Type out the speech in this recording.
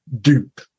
dupe